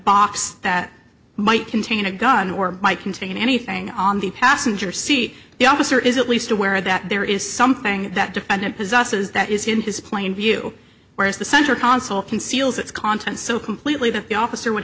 box that might contain a gun or might contain anything on the passenger seat the officer is at least aware that there is something that defendant possesses that is in his plain view where is the center console conceals its contents so completely that the officer would